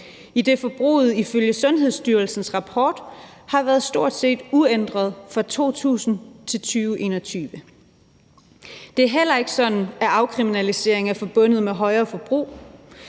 idet forbruget ifølge Sundhedsstyrelsens rapport har været stort set uændret fra 2000 til 2021. Det er heller ikke sådan, at afkriminaliseringen er forbundet med et højere forbrug.